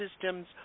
systems